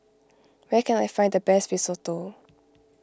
where can I find the best Risotto